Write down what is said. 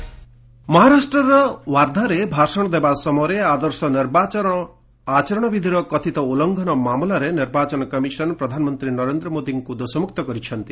EC ban ମହାରାଷ୍ଟ୍ରର ଓ୍ୱାର୍ଦ୍ଧାରେ ଭାଷଣ ଦେବା ସମୟରେ ଆଦର୍ଶ ନିର୍ବାଚନ ଆଚରଣ ବିଧିର କଥିତ ଉଲ୍ଲୁଘନ ମାମଲାରେ ନିର୍ବାଚନ କମିଶନ ପ୍ରଧାନମନ୍ତ୍ରୀ ନରେନ୍ଦ୍ର ମୋଦିଙ୍କୁ ଦୋଷମୁକ୍ତ କରିଛନ୍ତି